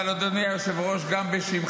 אבל, אדוני היושב-ראש, גם בשמך,